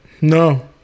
No